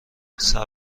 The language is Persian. صبر